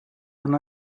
and